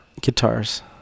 guitars